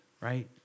right